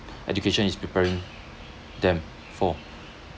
education is preparing them for